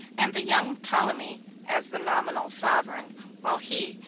and the young ptolemy as the nominal sovereign while he,